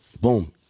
boom